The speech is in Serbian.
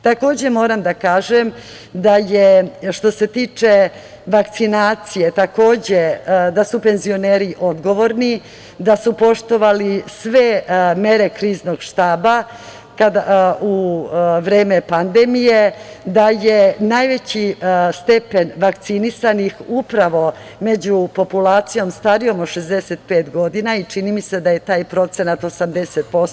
Takođe moram da kažem, što se tiče vakcinacije, da su penzioneri odgovorni, da su poštovali sve mere Kriznog štaba u vreme pandemije, da je najveći stepen vakcinisanih upravo među populacijom starijom od 65 godina i čini mi se da je taj procenat 80%